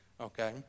Okay